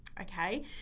Okay